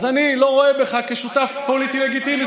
אז אני לא רואה בך שותף פוליטי לגיטימי.